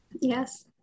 Yes